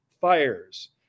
fires